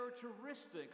characteristics